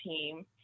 team